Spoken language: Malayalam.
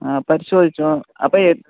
ആ പരിശോധിച്ചോ അപ്പം ഏ